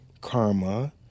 karma